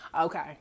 Okay